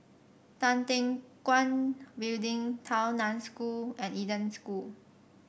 Tan Teck Guan Building Tao Nan School and Eden School